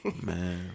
Man